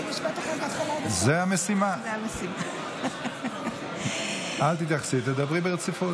קריאה ראשונה, אין לי ברירה, אתה לא נותן לה לדבר.